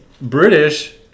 British